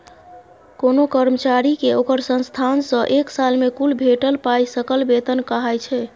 कोनो कर्मचारी केँ ओकर संस्थान सँ एक साल मे कुल भेटल पाइ सकल बेतन कहाइ छै